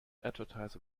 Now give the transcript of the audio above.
advertise